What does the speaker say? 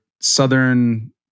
southern